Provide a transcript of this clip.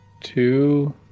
two